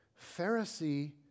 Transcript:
Pharisee